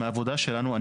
מהעבודה שלנו,